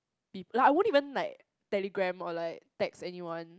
like I wouldn't even like Telegram or like text anyone